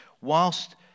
whilst